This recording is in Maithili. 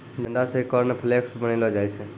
जंडा से कॉर्नफ्लेक्स बनैलो जाय छै